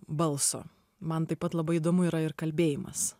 balso man taip pat labai įdomu yra ir kalbėjimas